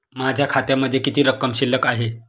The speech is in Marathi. माझ्या खात्यामध्ये किती रक्कम शिल्लक आहे?